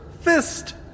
fist